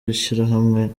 w’ishyirahamwe